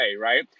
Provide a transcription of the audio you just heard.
right